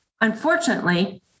Unfortunately